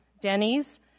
Denny's